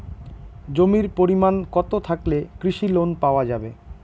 জমির পরিমাণ কতো থাকলে কৃষি লোন পাওয়া যাবে?